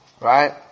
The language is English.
right